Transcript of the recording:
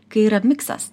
kai yra miksas